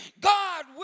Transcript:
God